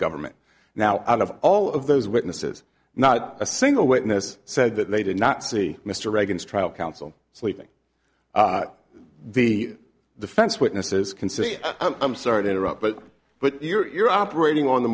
government now out of all of those witnesses not a single witness said that they did not see mr reagan's trial counsel sleeping the defense witnesses can see i'm sorry to interrupt but but you're operating on the